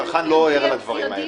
הצרכן לא ער לדברים האלה.